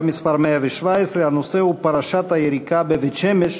מס' 117. הנושא הוא: פרשת היריקה בבית-שמש.